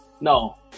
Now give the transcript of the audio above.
no